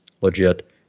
legit